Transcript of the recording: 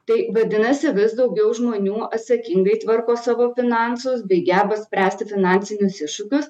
tai vadinasi vis daugiau žmonių atsakingai tvarko savo finansus bei geba spręsti finansinius iššūkius